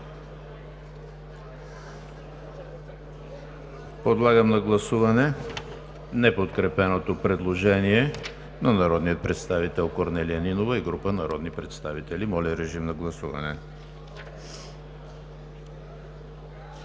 Подлагам на гласуване неподкрепеното предложение на народния представител Корнелия Нинова и група народни представители. Гласували